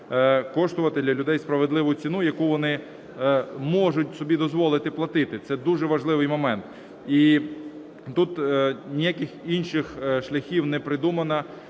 коштувати для людей справедливу ціну, яку вони можуть собі дозволити платити, це дуже важливий момент. І тут ніяких інших шляхів не придумано,